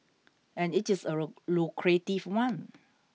and it is a lucrative one